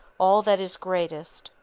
all that is greatest,